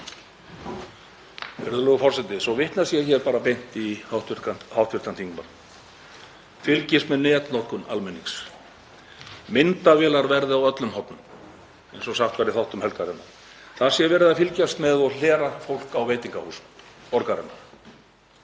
þar sé verið að fylgjast með og hlera fólk á veitingahúsum borgarinnar.